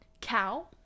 Cow